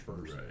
first